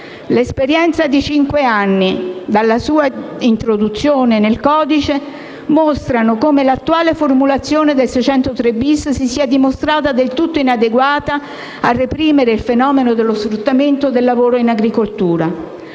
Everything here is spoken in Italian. L'esperienza dei cinque anni dalla sua introduzione nel codice mostrano come l'attuale formulazione del 603-*bis* si sia dimostrata del tutto inadeguata a reprimere il fenomeno dello sfruttamento del lavoro in agricoltura.